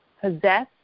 possess